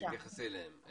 שתתייחסי אליהן.